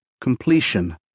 completion